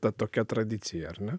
ta tokia tradicija ar ne